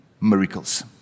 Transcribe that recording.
miracles